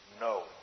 no